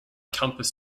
compass